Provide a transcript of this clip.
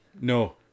No